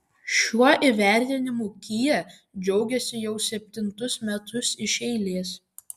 šiuo įvertinimu kia džiaugiasi jau septintus metus iš eilės